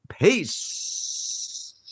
peace